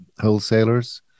wholesalers